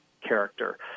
character